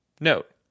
Note